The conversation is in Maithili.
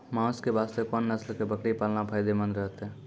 मांस के वास्ते कोंन नस्ल के बकरी पालना फायदे मंद रहतै?